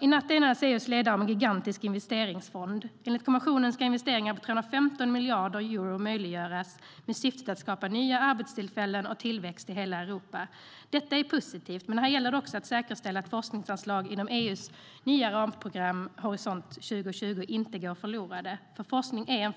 I natt enades EU:s ledare om en gigantisk investeringsfond. Enligt kommissionen ska investeringar på 315 miljarder euro möjliggöras, med syftet att skapa nya arbetstillfällen och tillväxt i hela Europa. Detta är positivt, men här gäller det att också säkerställa att forskningsanslag inom EU:s nya ramprogram Horisont 2020 inte går förlorade, för forskning är en